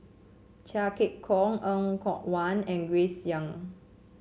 Chia Keng Hock Er Kwong Wah and Grace Young